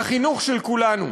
לחינוך של כולנו.